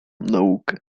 naukę